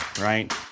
right